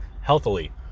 healthily